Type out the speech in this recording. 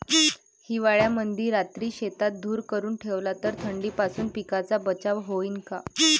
हिवाळ्यामंदी रात्री शेतात धुर करून ठेवला तर थंडीपासून पिकाचा बचाव होईन का?